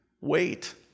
Wait